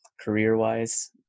career-wise